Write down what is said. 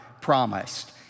promised